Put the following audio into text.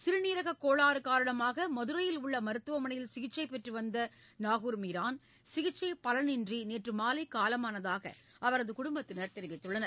சிறுநீரகக் கோளாறு காரணமாக மதுரையில் உள்ள மருத்துவமனையில் சிகிச்சை பெற்று வந்த நாகூர் மீரான் சிகிச்சை பலனின்றி நேற்று மாலை காலமானதாக அவரது குடும்பத்தினர் தெரிவித்துள்ளனர்